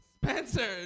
Spencer